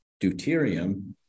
deuterium